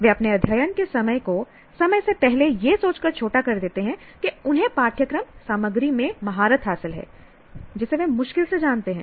वे अपने अध्ययन के समय को समय से पहले यह सोचकर छोटा कर देते हैं कि उन्हें पाठ्यक्रम सामग्री में महारत हासिल है जिसे वे मुश्किल से जानते हैं